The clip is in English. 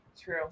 True